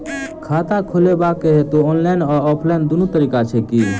खाता खोलेबाक हेतु ऑनलाइन आ ऑफलाइन दुनू तरीका छै की?